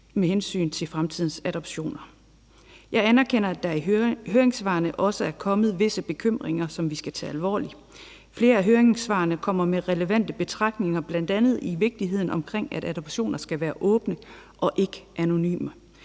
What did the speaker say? med hensyn til fremtidens adoptioner. Jeg anerkender, at der i høringssvarene også er blevet givet udtryk for visse bekymringer, som vi skal tage alvorligt. I flere af høringssvarene kommer man med relevante betragtninger bl.a. om vigtigheden af, at adoptioner skal være åbne og ikke anonyme.